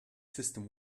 system